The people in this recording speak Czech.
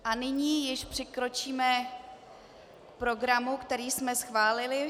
A nyní již přikročíme k programu, který jsme schválili.